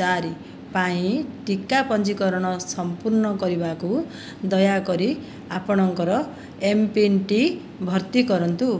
ଚାରି ପାଇଁ ଟିକା ପଞ୍ଜୀକରଣ ସଂପୂର୍ଣ୍ଣ କରିବାକୁ ଦୟାକରି ଆପଣଙ୍କର ଏମ୍ପିନ୍ଟି ଭର୍ତ୍ତି କରନ୍ତୁ